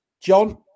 john